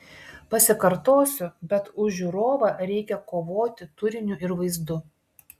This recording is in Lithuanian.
pasikartosiu bet už žiūrovą reikia kovoti turiniu ir vaizdu